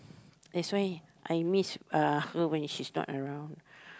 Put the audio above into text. that's why I miss uh her when she is not around